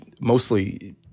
mostly